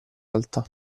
alta